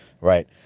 Right